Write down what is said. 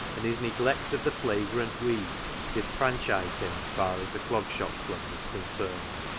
and his neglect of the flagrant weed disfranchised him as far as the clog shop club was concerned.